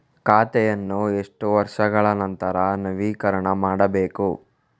ಖಾತೆಯನ್ನು ಎಷ್ಟು ವರ್ಷಗಳ ನಂತರ ನವೀಕರಣ ಮಾಡಬೇಕು?